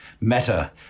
meta